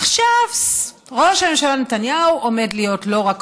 עכשיו ראש הממשלה נתניהו עומד להיות לא רק